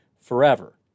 forever